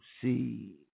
see